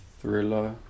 thriller